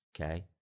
okay